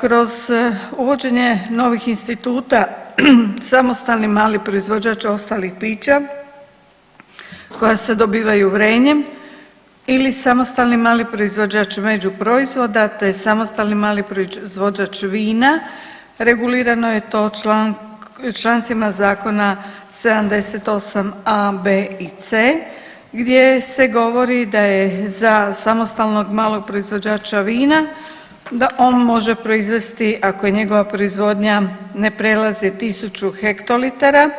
Kroz uvođenje novih instituta samostalni mali proizvođač ostalih pića koja se dobivaju vrenjem ili samostalni mali proizvođač međuproizvoda te samostalni mali proizvođač vina regulirano je to člancima zakona 78.a, b. i c. gdje se govori da je za samostalnog malog proizvođača vina da on može proizvesti ako njegova proizvodnja ne prelazi 1000 hektolitar